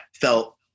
felt